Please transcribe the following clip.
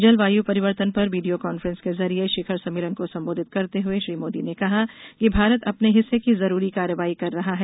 जलवायु परिवर्तन पर वीडियो कॉफ्रेंस के जरिए शिखर सम्मेलन को सम्बोधित करते हुए श्री मोदी ने कहा कि भारत अपने हिस्से की जरूरी कार्रवाई कर रहा है